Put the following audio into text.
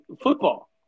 football